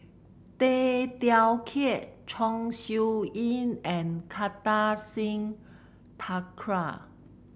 Tay Teow Kiat Chong Siew Ying and Kartar Singh Thakral